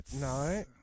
No